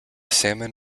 salmon